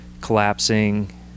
collapsing